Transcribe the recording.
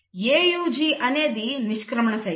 AUG అనేది నిష్క్రమణ site